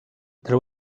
there